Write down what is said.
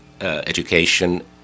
education